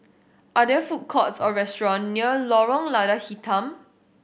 are there food courts or restaurant near Lorong Lada Hitam